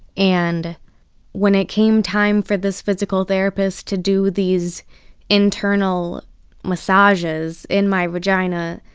and when it came time for this physical therapist to do these internal massages in my vagina,